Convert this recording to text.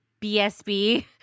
BSB